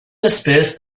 disperse